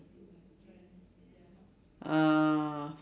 uh